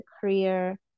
career